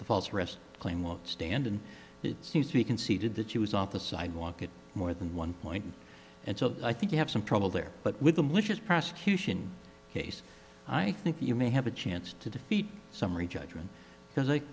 the false arrest claim won't stand and it seems to be conceded that she was off the sidewalk at more than one point and so i think you have some trouble there but with the malicious prosecution case i think you may have a chance to defeat summary judgment because